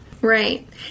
Right